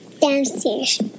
Downstairs